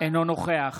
אינו נוכח